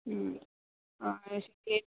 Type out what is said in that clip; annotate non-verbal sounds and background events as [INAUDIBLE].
ആ [UNINTELLIGIBLE]